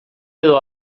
edo